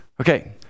Okay